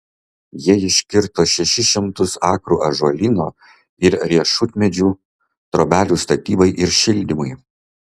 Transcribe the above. jie iškirto šešis šimtus akrų ąžuolyno ir riešutmedžių trobelių statybai ir šildymui